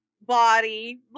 body